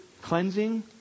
cleansing